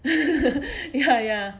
ya ya